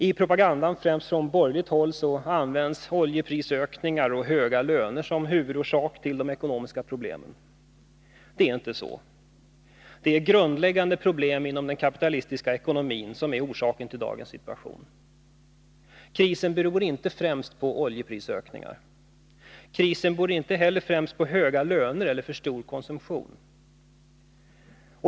I propagandan — främst från borgerligt håll — används oljeprisökningar och höga löner som huvudorsak till de ekonomiska problemen. Det är inte så. Det är grundläggande problem inom den kapitalistiska ekonomin som är orsaken till dagens situation. Krisen beror inte främst på oljeprisökningar. Den beror inte heller främst på höga löner eller för stor konsumtion.